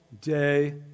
day